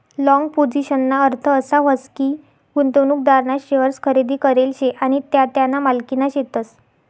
long पोझिशनना अर्थ असा व्हस की, गुंतवणूकदारना शेअर्स खरेदी करेल शे आणि त्या त्याना मालकीना शेतस